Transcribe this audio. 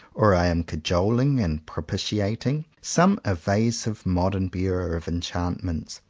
or i am cajoling and propitiating some evasive modern bearer of enchantments.